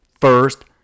first